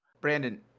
Brandon